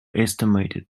estimated